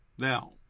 Now